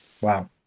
Wow